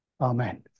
Amen